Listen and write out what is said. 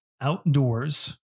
Outdoors